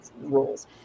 rules